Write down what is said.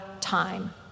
time